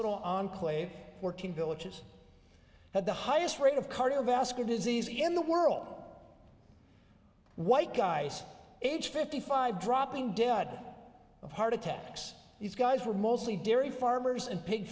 little enclave fourteen villages had the highest rate of cardiovascular disease in the world white guys age fifty five dropping dead of heart attacks these guys were mostly dairy farmers and p